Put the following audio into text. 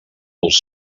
als